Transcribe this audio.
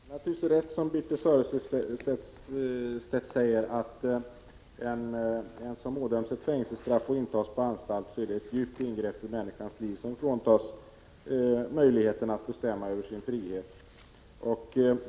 Fru talman! Det är naturligtvis rätt som Birthe Sörestedt säger, nämligen att för en människa som ådöms fängelsestraff och intas på anstalt är detta ett djupt ingrepp i hennes liv, eftersom hon fråntas möjligheten att bestämma över sin frihet.